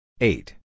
Eight